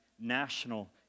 national